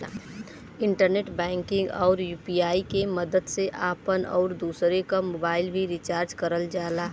internet banking आउर UPI के मदद से आपन आउर दूसरे क मोबाइल भी रिचार्ज करल जाला